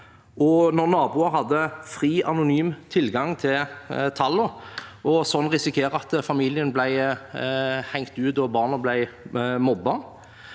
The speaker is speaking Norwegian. når naboer hadde fri anonym tilgang til tallene, og sånn risikere at familien ble hengt ut og barna ble mobbet.